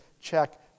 check